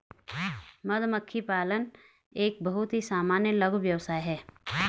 मधुमक्खी पालन एक बहुत ही सामान्य लघु व्यवसाय है